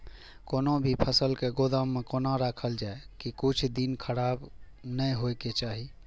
कोनो भी फसल के गोदाम में कोना राखल जाय की कुछ दिन खराब ने होय के चाही?